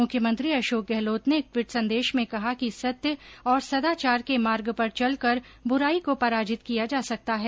मुख्यमंत्री अशोक गहलोत ने एक ट्वीट संदेश में कहा कि सत्य एवं सदाचार के मार्ग पर चलकर बुराई को पराजित किया जा सकता है